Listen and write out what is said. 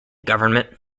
government